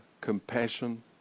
compassion